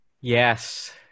yes